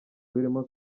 birimo